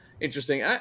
interesting